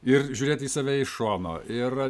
ir žiūrėti į save iš šono ir